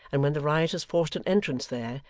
and when the rioters forced an entrance there,